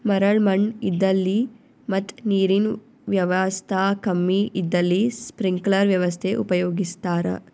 ಮರಳ್ ಮಣ್ಣ್ ಇದ್ದಲ್ಲಿ ಮತ್ ನೀರಿನ್ ವ್ಯವಸ್ತಾ ಕಮ್ಮಿ ಇದ್ದಲ್ಲಿ ಸ್ಪ್ರಿಂಕ್ಲರ್ ವ್ಯವಸ್ಥೆ ಉಪಯೋಗಿಸ್ತಾರಾ